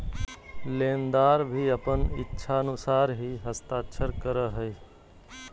लेनदार भी अपन इच्छानुसार ही हस्ताक्षर करा हइ